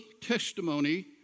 testimony